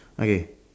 okay